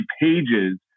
pages